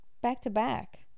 back-to-back